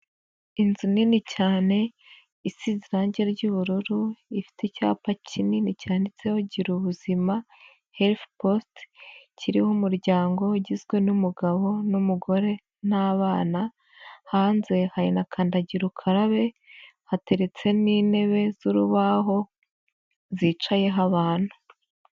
Inzu nini cyane, isi irange ry'ubururu, ifite icyapa kinini cyanditseho Girubuzima health post, kiriho umuryango ugizwe n'umugabo n'umugore n'abana, hanze hari na kandagira ukarabe, hateretse n'intebe z'urubaho, zicayeho abantu.